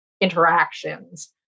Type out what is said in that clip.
interactions